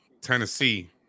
Tennessee